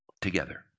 together